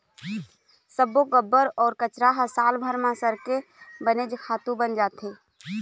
सब्बो गोबर अउ कचरा ह सालभर म सरके बने खातू बन जाथे